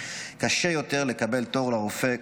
קשה יותר לקבל תור לרופא,